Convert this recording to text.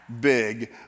big